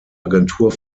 agentur